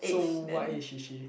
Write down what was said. so what is she she